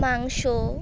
মাংস